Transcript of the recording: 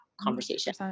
conversation